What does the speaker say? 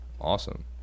Awesome